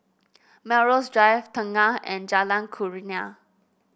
Melrose Drive Tengah and Jalan Kurnia